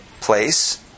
place